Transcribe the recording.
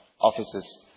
offices